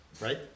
right